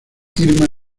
irma